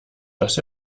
dass